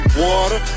water